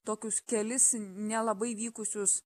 tokius kelis nelabai vykusius